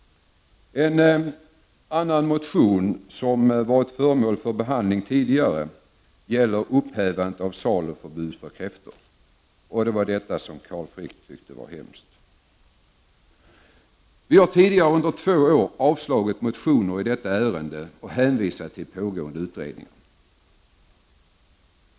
En annan motion som har varit föremål för behandling tidigare gäller upphävande av saluförbud för kräftor. Detta tyckte Carl Frick var så hemskt. Vi har tidigare avslagit motioner i detta ärende och hänvisat till pågående utredning.